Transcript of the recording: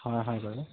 হয় হয় বাৰু